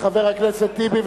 חבר הכנסת טיבי,